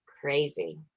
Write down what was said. crazy